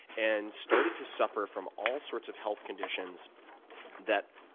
and started to suffer from all sorts of health conditions that,